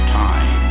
time